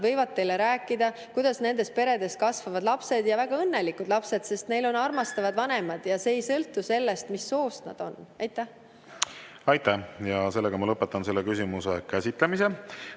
võivad teile rääkida, kuidas nende peredes kasvavad lapsed, väga õnnelikud lapsed, sest neil on armastavad vanemad ja see ei sõltu sellest, mis soost nad on. Aitäh! Lõpetan selle küsimuse käsitlemise.